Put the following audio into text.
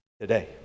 today